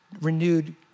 renewed